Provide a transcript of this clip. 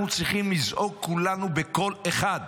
אנחנו צריכים לזעוק כולנו בקול אחד.